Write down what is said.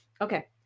Okay